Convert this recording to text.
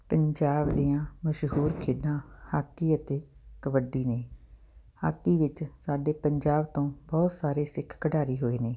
ਪੰਜਾਬ ਦੀਆਂ ਮਸ਼ਹੂਰ ਖੇਡਾਂ ਹਾਕੀ ਅਤੇ ਕਬੱਡੀ ਨੇ ਹਾਕੀ ਵਿੱਚ ਸਾਡੇ ਪੰਜਾਬ ਤੋਂ ਬਹੁਤ ਸਾਰੇ ਸਿੱਖ ਖਿਡਾਰੀ ਹੋਏ ਨੇ